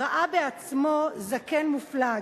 ראה בעצמו זקן מופלג,